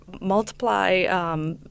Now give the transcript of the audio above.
multiply